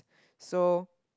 so